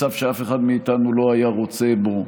מצב שאף אחד מאיתנו לא היה רוצה בו.